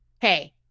Hey